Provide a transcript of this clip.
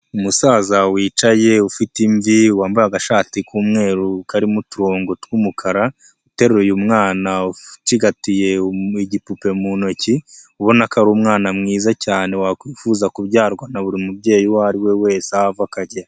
Umusaza wicaye ufite imvi wambaye agashati k'umweru karimo uturongo tw'umukara, uteruraye mwana ucigatiye igipupe mu ntoki, ubona ko ari umwana mwiza cyane wakwifuza kubyarwa na buri mubyeyi uwo ari we wese aho ava akagera.